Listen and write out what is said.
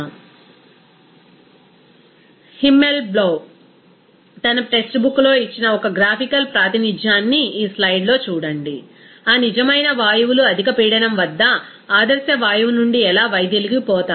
refer slide time 0701 Himmelblau తన text బుక్లో ఇచ్చిన ఒక గ్రాఫికల్ ప్రాతినిధ్యాన్ని ఈ స్లయిడ్లో చూడండి ఆ నిజమైన వాయువులు అధిక పీడనం వద్ద ఆదర్శ వాయువు నుండి ఎలా వైదొలిగిపోతాయి